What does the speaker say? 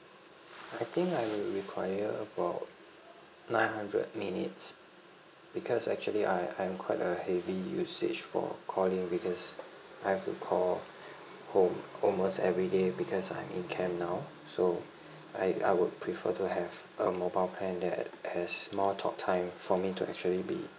I think I will require about nine hundred minutes because actually I I'm quite a heavy usage for calling because I have to call home almost everyday because I'm in camp now so I I would prefer to have a mobile plan that has more talk time for me to actually be